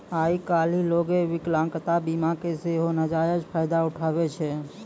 आइ काल्हि लोगें विकलांगता बीमा के सेहो नजायज फायदा उठाबै छै